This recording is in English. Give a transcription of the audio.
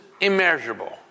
immeasurable